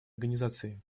организации